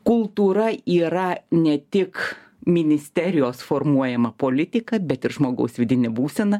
kultūra yra ne tik ministerijos formuojama politika bet ir žmogaus vidinė būsena